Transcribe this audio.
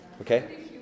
Okay